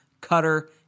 cutter